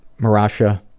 Marasha